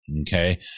okay